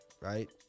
right